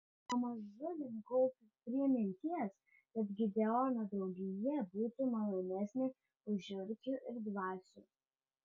pamažu linkau prie minties kad gideono draugija būtų malonesnė už žiurkių ir dvasių